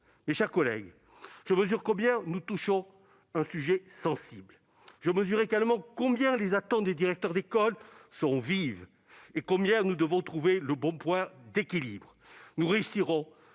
Mes chers collègues, je mesure combien nous touchons à un sujet sensible. Je mesure également à quel point les attentes des directeurs d'école sont vives et combien nous devons trouver le point d'équilibre. Nous y réussirons